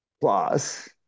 plus